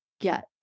get